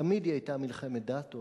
תמיד היא היתה מלחמת דת או